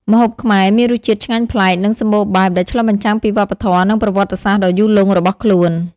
ម្ហូបខ្មែរមានរសជាតិឆ្ងាញ់ប្លែក និងសម្បូរបែប ដែលឆ្លុះបញ្ចាំងពីវប្បធម៌ និងប្រវត្តិសាស្ត្រដ៏យូរលង់របស់ខ្លួន ។